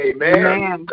Amen